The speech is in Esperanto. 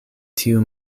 tiu